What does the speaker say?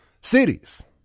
cities